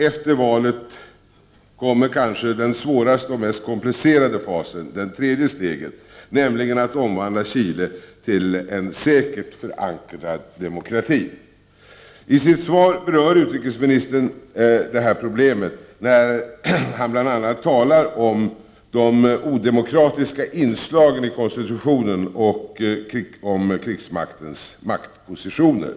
Efter valet kommer kanske den svåraste och mest komplicerade fasen — det tredje steget — nämligen att omvandla Chile till en säkert förankrad demokrati. I sitt svar berör utrikesministern detta problem när han bl.a. talar om de odemokratiska inslagen i konstitutionen och om krigsmaktens maktpositioner.